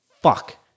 fuck